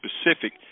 specific